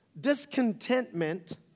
Discontentment